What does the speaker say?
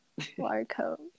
Larco